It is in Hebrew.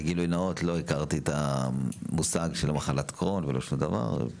בגילוי נאות, לא הכרתי את מחלת הקרוהן הרבה שנים.